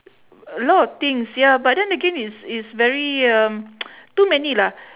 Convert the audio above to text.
a lot of things ya but then again it's it's very um too many lah